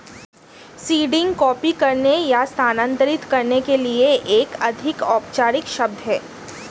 seeding copy करने या स्थानांतरित करने के लिए एक अधिक औपचारिक शब्द है